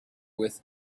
with